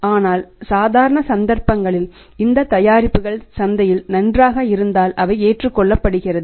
ஆனால் சாதாரண சந்தர்ப்பங்களில் இந்த தயாரிப்புகள் சந்தையில் நன்றாக இருந்தால் அவை ஏற்றுக்கொள்ளப்படுகிறது